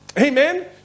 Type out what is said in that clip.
Amen